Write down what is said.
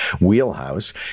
wheelhouse